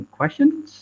questions